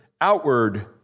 outward